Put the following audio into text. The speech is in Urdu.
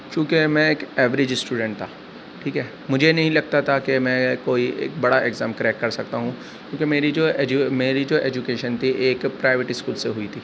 چونکہ میں ایک ایوریج اسٹوڈینٹ تھا ٹھیک ہے مجھے نہیں لگتا تھا کہ میں کوئی ایک بڑا ایگزام کریک کر سکتا ہوں کیونکہ میری جو ایجو میری جو ایجوکیشن تھی ایک پرائیویٹ اسکول سے ہوئی تھی